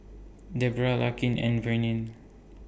Debrah Larkin and Vernell